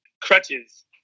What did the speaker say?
crutches